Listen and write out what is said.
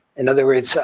in other words,